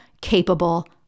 capable